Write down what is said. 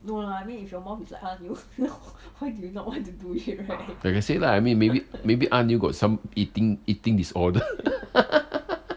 like I said lah maybe maybe 阿牛 got some eating eating disorder